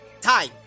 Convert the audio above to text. time